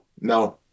no